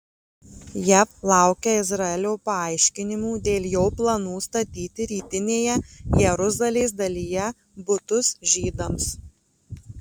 jav laukia izraelio paaiškinimų dėl jo planų statyti rytinėje jeruzalės dalyje butus žydams